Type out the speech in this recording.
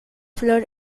flor